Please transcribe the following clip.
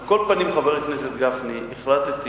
על כל פנים, חבר הכנסת גפני, החלטתי